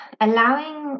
allowing